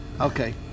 Okay